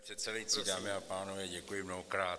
Pane předsedající, dámy a pánové, děkuji mnohokrát.